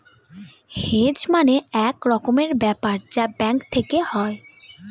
hedge মানে এক রকমের ব্যাপার যা ব্যাঙ্ক থেকে হয়